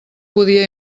podia